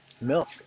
milk